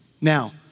Now